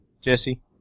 Jesse